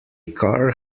car